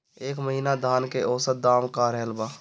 एह महीना धान के औसत दाम का रहल बा?